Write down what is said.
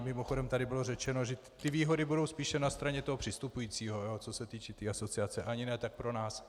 Mimochodem, tady bylo řečeno, že ty výhody budou spíše na straně toho přistupujícího, co se týče asociace, ani ne tak pro nás.